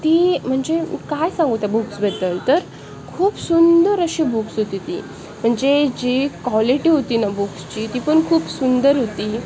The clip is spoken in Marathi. ती म्हणजे काय सांगू त्या बुक्सबद्दल तर खूप सुंदर अशी बुक्स होती ती म्हणजे जी क्वॉलिटी होती ना बुक्सची ती पण खूप सुंदर होती